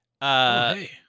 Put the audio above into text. Hey